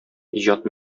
иҗат